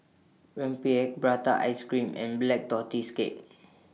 Rempeyek Prata Ice Cream and Black Tortoise Cake